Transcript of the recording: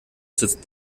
sitzt